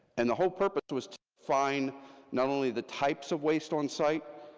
and the whole purpose was to find not only the types of waste onsite,